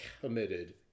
committed